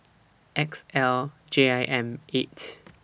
X L J I M eight